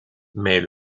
mais